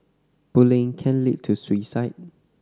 bullying can lead to suicide